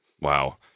Wow